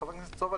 חבר הכנסת סובה,